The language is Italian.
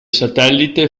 satellite